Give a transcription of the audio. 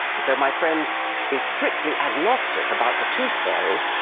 so, my friend is strictly agnostic about the tooth fairy,